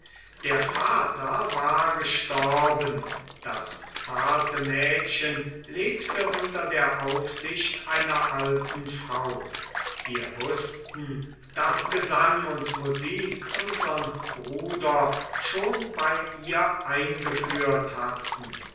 der vater war gestorben das zarte mädchen lebte unter der aufsicht einer alten frau wir wußten daß gesang und musik unsern bruder schon bei ihr eingeführt hatten